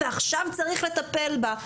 ועכשיו צריך לטפל בה,